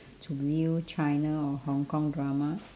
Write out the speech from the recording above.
to view china or hong-kong drama